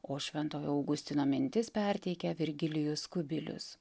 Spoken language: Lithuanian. o šventojo augustino mintis perteikia virgilijus kubilius